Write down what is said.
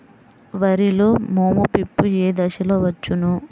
వరిలో మోము పిప్పి ఏ దశలో వచ్చును?